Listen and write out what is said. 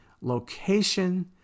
location